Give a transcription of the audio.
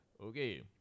Okay